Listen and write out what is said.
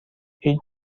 هیچ